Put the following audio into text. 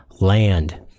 Land